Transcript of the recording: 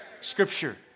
Scripture